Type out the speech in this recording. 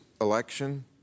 election